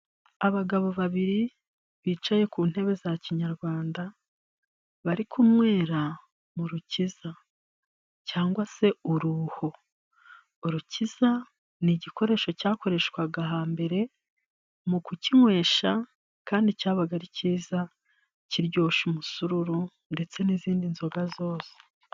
Abagabo babiri bicaye ku ntebe za kinyarwanda bari kunywera mu rukiza cyangwa se uruho. Urukiza ni igikoresho cyakoreshwaga hambere mu kukinywesha kandi cyabaga ari cyiza kiryoshya umusururu ndetse n'izindi nzoga zose.